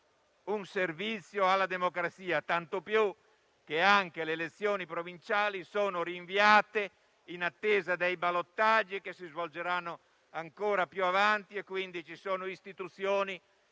un servizio alla democrazia, tanto più che sono rinviate anche le elezioni provinciali, in attesa dei ballottaggi, che si svolgeranno ancora più avanti. Quindi ci sono istituzioni